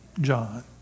John